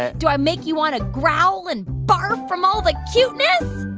ah do i make you want to growl and barf from all the cuteness?